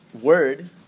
word